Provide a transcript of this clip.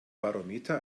barometer